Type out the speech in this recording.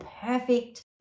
perfect